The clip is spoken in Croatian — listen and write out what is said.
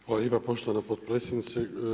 Hvala lijepa poštovana potpredsjednice.